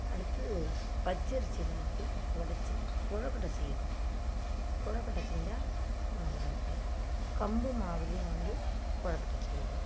அடுத்து பச்சரிசி வறுத்து உடச்சி கொழுக்கட்டை செய்வோம் கொழுக்கட்டை செஞ்சால் நல்லாயிருக்கும் கம்பு மாவுலேயும் வந்து கொழுக்கட்டை செய்வோம்